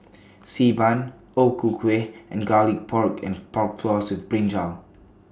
Xi Ban O Ku Kueh and Garlic Pork and Pork Floss with Brinjal